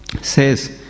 says